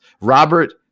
Robert